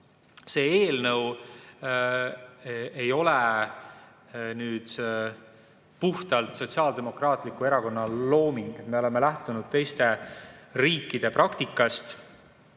See eelnõu ei ole puhtalt Sotsiaaldemokraatliku Erakonna looming. Me oleme lähtunud teiste riikide praktikast,